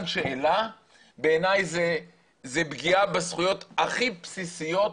שאלה בעיניי זה פגיעה בזכויות הכי בסיסיות,